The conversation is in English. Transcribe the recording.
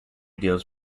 deals